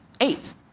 eight